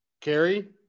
Carrie